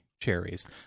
cherries